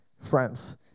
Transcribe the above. friends